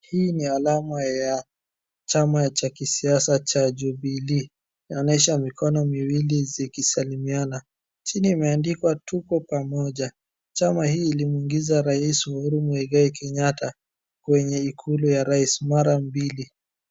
Hii ni alama ya chama cha kisiasa cha jubilii, inaonyesha mikono miwili zikisalimiana. Chini imeandikwa "Tuko pamoja". Chama hii ilimuingiza Rais Uhuru Muigai Kenyatta kwenye Ikulu ya Rais mara mbili.